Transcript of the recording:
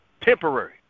Temporary